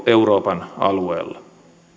euroopan alueella